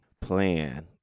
plan